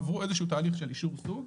עברו איזה שהוא תהליך של אישור סוג.